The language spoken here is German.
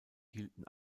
hielten